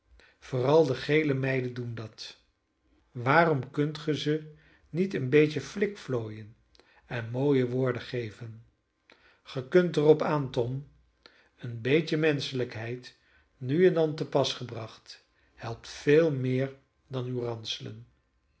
leelijk vooral de gele meiden doen dat waarom kunt gij ze niet een beetje flikflooien en mooie woorden geven ge kunt er op aan tom een beetje menschelijkheid nu en dan te pas gebracht helpt veel meer dan uw ranselen